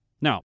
Now